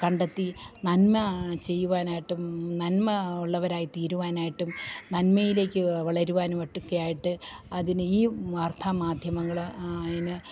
കണ്ടെത്തി നന്മ ചെയ്യുവാനായിട്ടും നന്മ ഉള്ളവരായി തീരുവാനായിട്ടും നന്മയിലേക്ക് വളരുവാനുട്ടൊക്കെയായിട്ട് അതിന് ഈ വാർത്താമാധ്യമങ്ങള് അതിന്